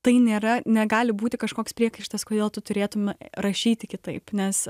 tai nėra negali būti kažkoks priekaištas kodėl tu turėtum rašyti kitaip nes